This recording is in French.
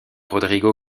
rodrigo